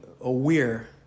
aware